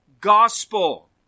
gospel